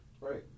Right